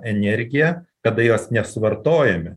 energiją kada jos nesuvartojame